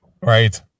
Right